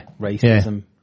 racism